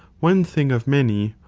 one thing of many,